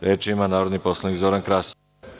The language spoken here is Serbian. Reč ima narodni poslanik Zoran Krasić.